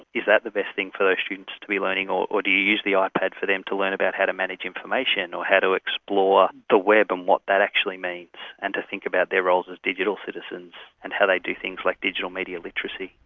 is that the best thing for those like students to be learning or or do you use the ah ipad for them to learn about how to manage information or how to explore the web and what that actually means and to think about their roles as a digital citizens and how they do things like digital media literacy.